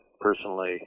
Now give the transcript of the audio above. personally